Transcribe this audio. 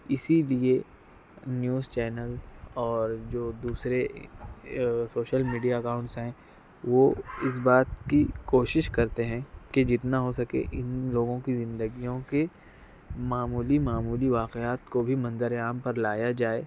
اسی لیے news channel اور جو دوسرے سوشل میڈیا اکاؤنٹس ہیں وہ اس بات کی کوشش کرتے ہیں کہ جتنا ہو سکے ان لوگوں کی زندگیوں کی معمولی معمولی واقعات کو بھی منظر عام پر لایا جائے